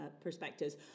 perspectives